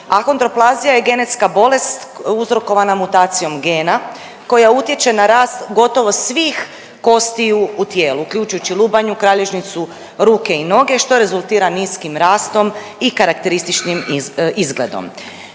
Ahondroplazija je genetske bolest uzrokovana mutacijom gena koja utječe na rast gotovo svih kostiju u tijelu uključujući lubanju, kralježnicu, ruke i noge što rezultira niskim rastom i karakterističnim izgledom.